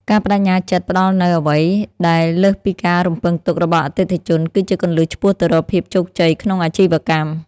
ការប្តេជ្ញាចិត្តផ្តល់នូវអ្វីដែលលើសពីការរំពឹងទុករបស់អតិថិជន គឺជាគន្លឹះឆ្ពោះទៅរកភាពជោគជ័យក្នុងអាជីវកម្ម។